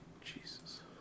Jesus